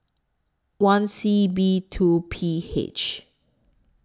one C B two P H